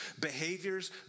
behaviors